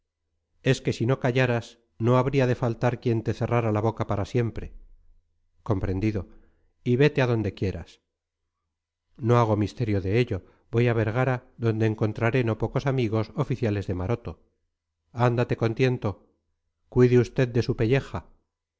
es que si no callaras no habría de faltar quien te cerrara la boca para siempre comprendido y vete a donde quieras no hago misterio de ello voy a vergara donde encontraré no pocos amigos oficiales de maroto ándate con tiento cuide usted de su pelleja